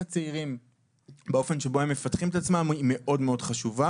הצעירים באופן שבו הם מפתחים את עצמם היא מאוד מאוד חשובה.